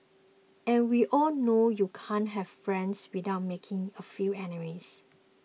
and we all know you can't have friends without making a few enemies